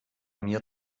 mir